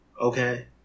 okay